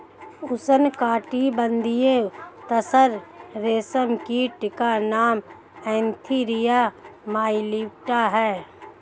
उष्णकटिबंधीय तसर रेशम कीट का नाम एन्थीरिया माइलिट्टा है